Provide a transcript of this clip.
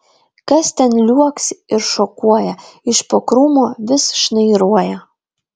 kas ten liuoksi ir šokuoja iš po krūmo vis šnairuoja